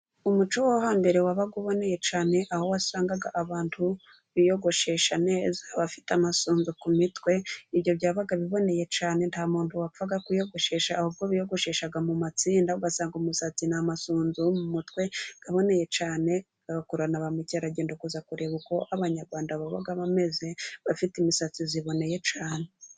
Umuco wo hambere wabaga uboneye cyane ,aho wasangaga abantu biyogoshesha neza , bafite amasunzu ku mitwe ibyo byabaga biboneye cyane , nta muntu wapfaga kwiyogoshesha ahubwo biyogosheshaga mu matsinda, ugasanga umusatsi ni amasunzu ku mutwe aboneye cyane, agakurura naba mukerarugendo kuza kureba uko abanyarwanda babaga bameze, bafite imisatsi iboneye cyane.